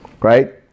right